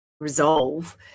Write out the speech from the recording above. resolve